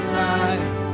life